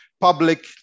public